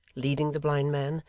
leading the blind man,